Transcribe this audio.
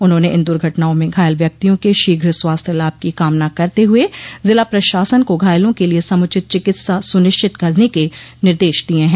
उन्होंने इन दुर्घटनाओं में घायल व्यक्तियों के शीघ्र स्वास्थ्य लाभ की कामना करते हुए जिला प्रशासन को घायलों के लिए समुचित चिकित्सा सुनिश्चित करने के निर्देश दिये हैं